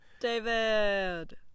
David